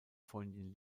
freundin